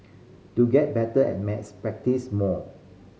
to get better at maths practise more